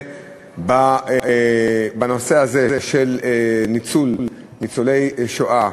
בנושא הזה של ניצול ניצולי שואה